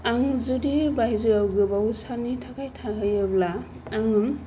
आं जुदि बायजोआव गोबाव साननि थाखाय थाहैयोब्ला आङो